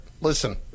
Listen